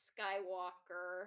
Skywalker